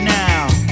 now